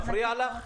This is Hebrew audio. מפריע לך?